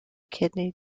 kidney